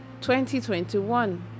2021